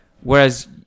Whereas